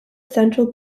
central